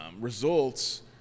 results